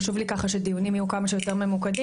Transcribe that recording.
חשוב לי שהדיונים יהיו כמה שיותר ממוקדים,